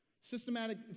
Systematic